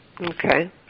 Okay